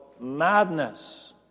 madness